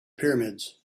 pyramids